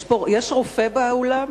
יש רופא באולם?